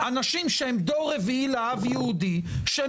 אנשים שהם דור רביעי לאב יהודי שהם